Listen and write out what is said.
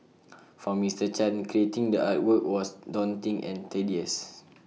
for Mister chan creating the artwork was daunting and tedious